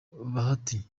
bahati